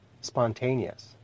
spontaneous